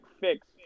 fix